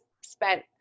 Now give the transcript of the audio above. spent